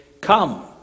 Come